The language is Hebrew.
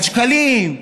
על שקלים,